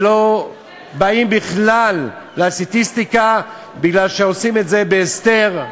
שלא באים בכלל לסטטיסטיקה, כי עושים את זה בהסתר.